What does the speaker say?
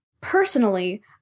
Personally